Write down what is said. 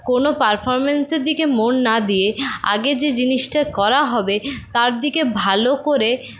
কোনো পারফরমেন্সের দিকে মন না দিয়ে আগে যে জিনিসটা করা হবে তার দিকে ভালো করে